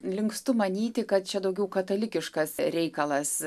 linkstu manyti kad čia daugiau katalikiškas reikalas